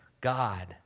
God